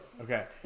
Okay